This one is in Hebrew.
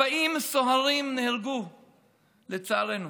40 סוהרים נהרגו, לצערנו.